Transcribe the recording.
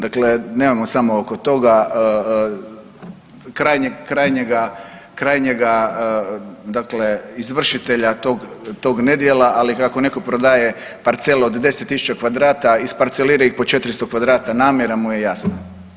Dakle, nemamo samo oko toga krajnjega dakle izvršitelja tog nedjela, ali ako netko prodaje parcelu od 10.000 kvadrata isparcelira iz po 400 kvadrata, namjera mu je jasna.